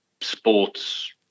sports